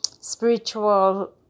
spiritual